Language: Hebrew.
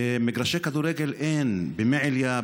מגרשי כדורגל אין במעיליא,